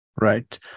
right